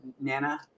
nana